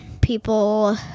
People